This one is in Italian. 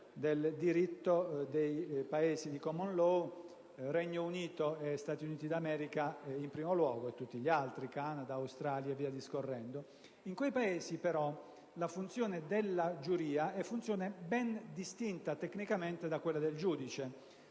del diritto dei Paesi di *common law* (Regno Unito e Stati Uniti d'America in primo luogo e poi Canada, Australia e tutti gli altri). In quei Paesi, però, la funzione della giuria è funzione ben distinta, tecnicamente, da quella del giudice.